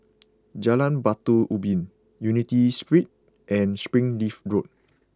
Jalan Batu Ubin Unity Street and Springleaf Road